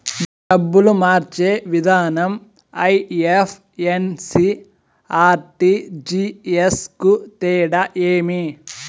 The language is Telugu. డబ్బులు మార్చే విధానం ఐ.ఎఫ్.ఎస్.సి, ఆర్.టి.జి.ఎస్ కు తేడా ఏమి?